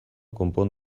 konpon